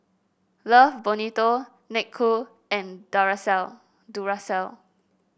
Love Bonito Snek Ku and Duracell